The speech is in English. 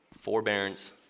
forbearance